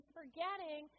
forgetting